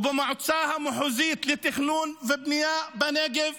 ובמועצה המחוזית לתכנון ולבנייה בנגב